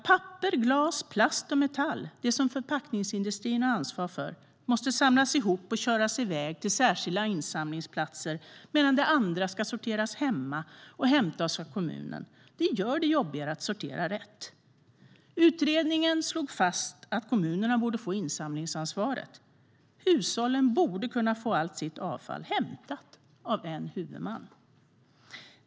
Papper, glas, plast och metall - det som förpackningsindustrin har ansvar för - måste samlas ihop och köras iväg till särskilda insamlingsplatser, medan det andra ska sorteras hemma och hämtas av kommunen. Det gör det jobbigare att sortera rätt. Utredningen slog fast att kommunerna borde få insamlingsansvaret. Hushållen borde kunna få allt sitt avfall hämtat av en huvudman.